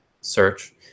search